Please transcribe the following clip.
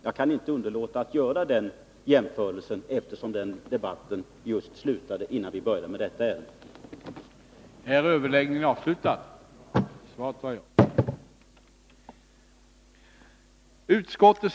Jag kan inte underlåta att göra denna jämförelse, eftersom debatten om försvarsfrågorna slutade just innan vi började med detta ärende från trafikutskottet.